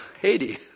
Haiti